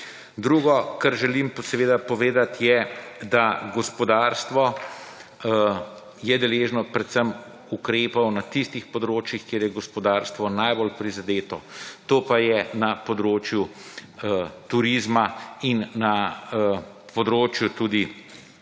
Drugo, kar želim pa seveda povedat je, da gospodarstvo je deležno predvsem ukrepov na tistih področjih, kjer je gospodarstvo najbolj prizadeto. To pa je na področju turizma in na področju tudi,